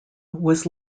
was